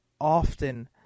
often